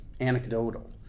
anecdotal